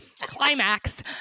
Climax